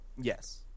Yes